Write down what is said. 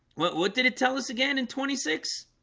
what what did it tell us again in twenty six?